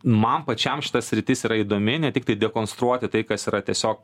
man pačiam šita sritis yra įdomi ne tiktai dekonstruoti tai kas yra tiesiog